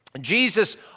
Jesus